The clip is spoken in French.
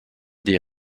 des